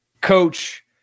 coach